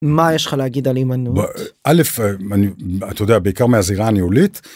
מה יש לך להגיד על הימנעות? אלף, אתה יודע, בעיקר מהזירה הניהולית.